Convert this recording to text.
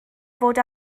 fod